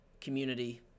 community